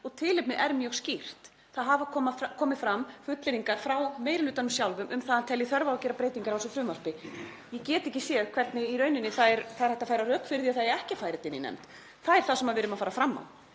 og tilefnið er mjög skýrt. Það hafa komið fram fullyrðingar frá meiri hlutanum sjálfum um að hann telji þörf á að gera breytingar á þessu frumvarpi. Ég get ekki séð hvernig hægt er að færa rök fyrir því að málið eigi ekki að fara inn í nefnd. Það er það sem við erum að fara fram á.